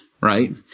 right